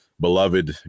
beloved